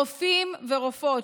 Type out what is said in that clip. רופאים ורופאות,